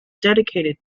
dedicated